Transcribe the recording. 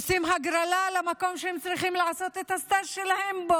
עושים הגרלה למקום שבו הם צריכים לעשות בו את הסטאז' שלהם.